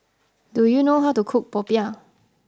do you know how to cook Popiah